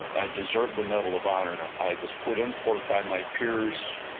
i deserved the medal of honor. i was put in for it by my peers.